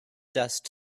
dust